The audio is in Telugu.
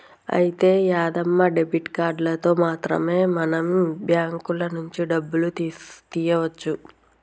అయితే యాదమ్మ డెబిట్ కార్డులతో మాత్రమే మనం బ్యాంకుల నుంచి డబ్బులు తీయవచ్చు